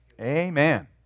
Amen